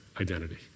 identity